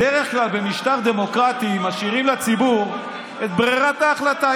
בדרך כלל במשטר דמוקרטי משאירים לציבור את ברירת ההחלטה.